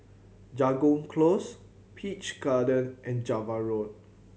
Jago Close Peach Garden and Java Road